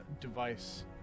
device